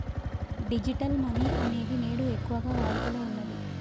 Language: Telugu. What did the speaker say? డిజిటల్ మనీ అనేది నేడు ఎక్కువగా వాడుకలో ఉన్నది